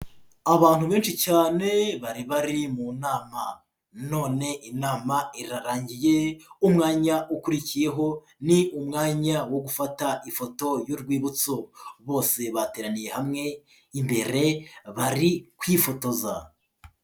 abantu benshi cyane bari bari mu nama none inama irarangiye, umwanya ukurikiyeho ni umwanya wo gufata ifoto y'urwibutso, bose bateraniye hamwe imbere bari kwifotoza.